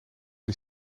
die